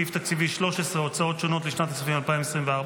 סעיף תקציבי 13, הוצאות שונות, לשנת הכספים 2024,